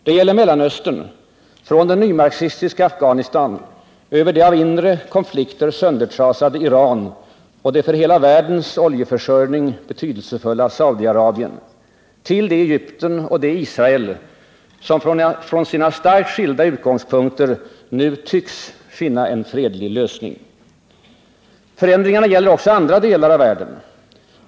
Det gäller Mellanöstern — från det nymarxistiska Afghanistan, över det av inre konflikter söndertrasade Iran och det för hela världens oljeförsörjning betydelsefulla Saudi-Arabien, till det Egypten och det Israel som från sina starkt skilda utgångspunkter nu tycks finna en fredlig lösning. Förändringarna gäller också andra delar av världen.